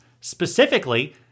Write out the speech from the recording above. specifically